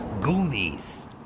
Goonies